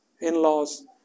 in-laws